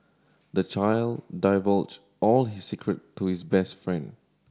the child divulged all his secret to his best friend